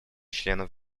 членов